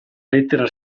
lettera